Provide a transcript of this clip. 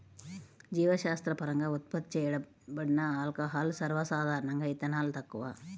జీవశాస్త్రపరంగా ఉత్పత్తి చేయబడిన ఆల్కహాల్లు, సర్వసాధారణంగాఇథనాల్, తక్కువ